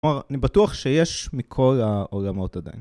כלומר, אני בטוח שיש מכל העולמות עדיין.